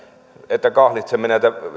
että kahlitsemme